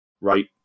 right